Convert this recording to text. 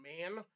man